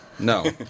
No